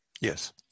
yes